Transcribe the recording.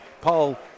Paul